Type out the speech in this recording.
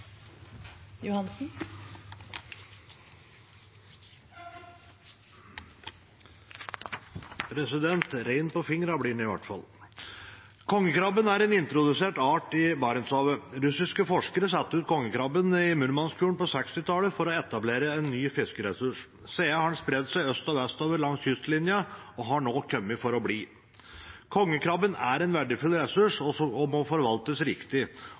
en introdusert art i Barentshavet. Russiske forskere satte ut kongekrabben i Murmanskfjorden på 1960-tallet for å etablere en ny fiskeressurs. Siden har den spredd seg øst- og vestover langs kystlinja og har nå kommet for å bli. Kongekrabben er en verdifull ressurs og må forvaltes riktig.